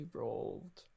rolled